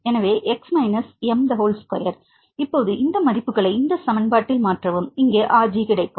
எனவே 2 இப்போது இந்த மதிப்புகளை இந்த சமன்பாட்டில் மாற்றவும் இங்கே Rg கிடைக்கும்